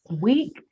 week